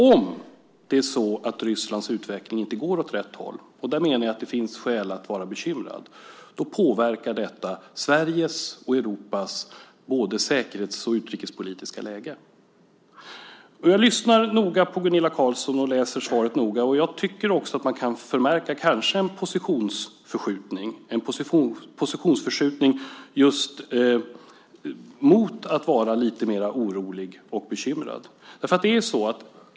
Om Rysslands utveckling inte går åt rätt håll - och jag menar att det finns skäl att vara bekymrad över det - påverkar det Sveriges och Europas säkerhets och utrikespolitiska läge. Jag lyssnar noga på Gunilla Carlsson, och läser också det skrivna svaret noga, och kanske kan man där förmärka en positionsförskjutning just mot att vara lite mer orolig och bekymrad.